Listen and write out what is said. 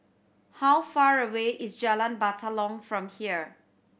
how far away is Jalan Batalong from here